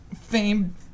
fame